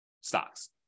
stocks